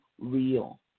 real